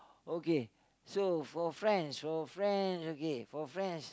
okay so for French for French okay for French